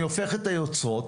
אני הופך את היוצרות,